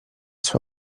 suo